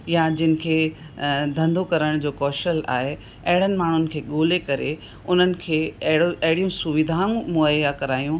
या जिनखे धंधो करण जो कौशल आहे अहिड़नि माण्हुनि खे ॻोल्हे करे उन्हनि खे अहिड़ो अहिड़ियूं सुविधाऊं मुहैया करायूं